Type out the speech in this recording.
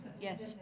Yes